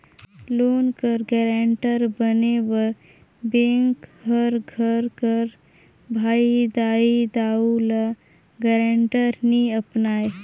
loan कर guarantor बने बर बेंक हर घर कर भाई, दाई, दाऊ, ल गारंटर नी अपनाए